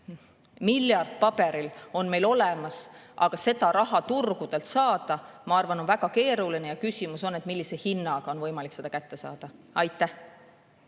miljard paberil on meil olemas, aga seda raha turgudelt saada, ma arvan, on väga keeruline. Küsimus on, millise hinnaga on võimalik seda kätte saada. Reili